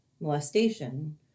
molestation